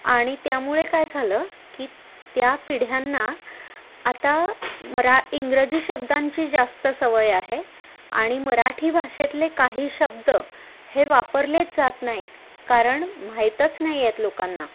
आणि त्यामुळे काय झालं की त्या पिढ्यांना आता मरा इंग्रजी शब्दांची जास्त सवय आहे आणि मराठी भाषेतले काही शब्द हे वापरलेच जात नाहीत कारण माहीतच नाही आहेत लोकांना